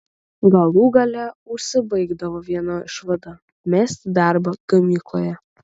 galų gale užsibaigdavo viena išvada mesti darbą gamykloje